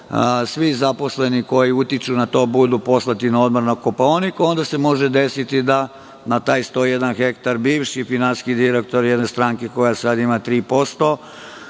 svi zaposleni koji utiču na to budu poslati na odmor na Kopaonik, onda se može desiti da na taj 101 hektar, bivši finansijski direktor jedne stranke, koja sada ima 3%,